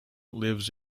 lives